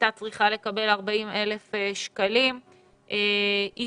הייתה צריכה לקבל 40,000 שקלים אבל היא